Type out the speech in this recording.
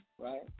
Right